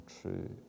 true